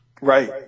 right